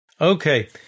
Okay